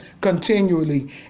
continually